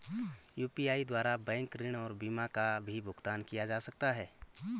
UPI द्वारा bank ऋण और बीमा का भी भुगतान किया जा सकता है?